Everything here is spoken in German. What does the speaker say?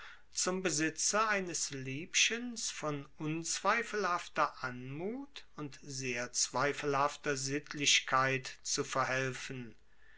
zum besitze eines liebchens von unzweifelhafter anmut und sehr zweifelhafter sittlichkeit zu verhelfen